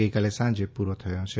ગઈકાલે સાંજે પૂરો થયો છે